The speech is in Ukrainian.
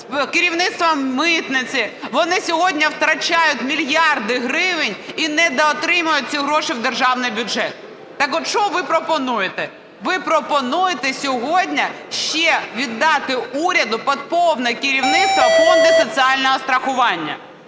керівництвом митниці, вони сьогодні втрачають мільярди гривень і недоотримують ці гроші в державний бюджет. Так от, що ви пропонуєте? Ви пропонуєте сьогодні ще віддати уряду під повне керівництво фонди соціального страхування.